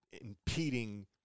impeding